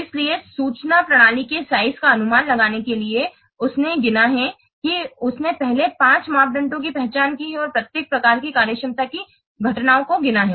इसलिए सूचना प्रणाली के साइज का अनुमान लगाने के लिए उसने गिना है कि उसने पहले पांच मापदंडों की पहचान की है और प्रत्येक प्रकार की कार्यक्षमता की घटनाओं को गिना है